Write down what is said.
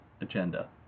agenda